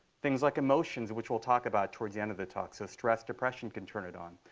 things like emotions, which we'll talk about towards the end of the talk. so stress, depression can turn it on.